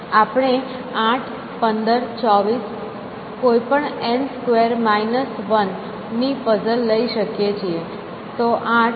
આપણે 8 15 24 કોઈપણ n square minus 1 ની પઝલ લઇ શકીએ છીએ